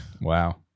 Wow